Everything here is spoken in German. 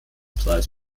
preis